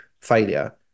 failure